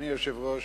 אדוני היושב-ראש,